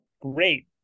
Great